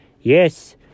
Yes